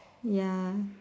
ya